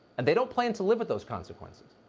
and they don't plan to live with those consequences.